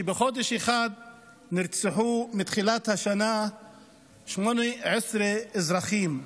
שבחודש אחד נרצחו מתחילת השנה 18 אזרחים,